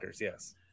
yes